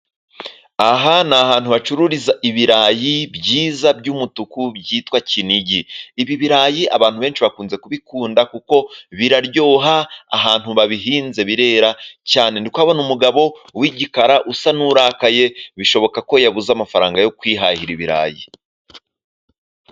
Aha ni ahantu hacururiza ibirayi byiza by'umutuku byitwa kinigi, ibi birarayi abantu benshi bakunze kubikunda kuko biraryoha, ahantu babihinze birera iruhande ndabona umugabo w'igikara usa nurakaye bishoboka ko yabuze amafaranga yo kwihahira ibirayi.